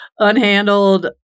unhandled